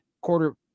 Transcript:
quarter